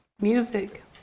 Music